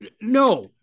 no